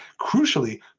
crucially